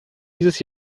dieses